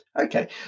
Okay